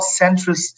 centrist